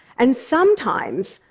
and sometimes,